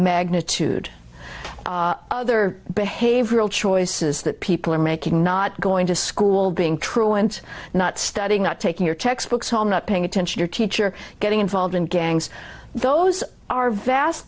magnitude other behavioral choices that people are making not going to school being truant not studying not taking your textbooks all not paying attention or teacher getting involved in gangs those are vast